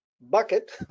bucket